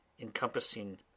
encompassing